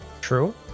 True